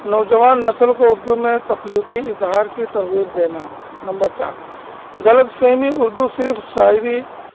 نوجوان نسل کو اردو میں تخلیقی اظہار کی ترغیب دینا نمبر چار غلط فہمی اردو صرف شاعری